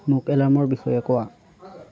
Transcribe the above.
মোক এলাৰ্মৰ বিষয়ে কোৱা